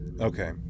Okay